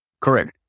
Correct